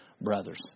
brothers